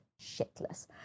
shitless